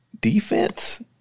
defense